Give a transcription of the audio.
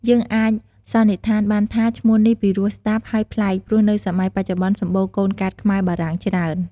យើងអាចសន្និដ្ឋានបានថាឈ្មោះនេះពិរោះស្ដាប់ហើយប្លែកព្រោះនៅសម័យបច្ចុប្បន្នសំបូរកូនកាត់ខ្មែរបារាំងច្រើន។